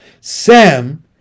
Sam